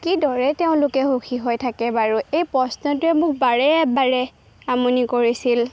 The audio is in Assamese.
কিদৰে তেওঁলোকে সুখী হৈ থাকে বাৰু এই প্ৰশ্নটোৱে মোক বাৰে এবাৰে আমনি কৰিছিল